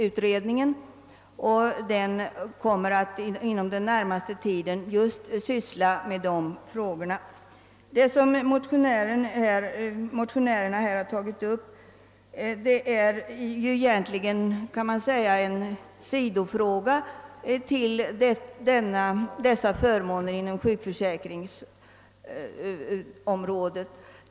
Utredningen kommer inom den närmaste tiden att syssla med just dessa frågor: Den sak som motionärerna tagit upp kan sägas utgöra en del av denna fråga inom sjukförsäkringen.